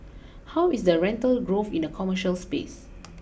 how is the rental growth in the commercial space